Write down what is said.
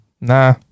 Nah